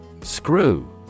Screw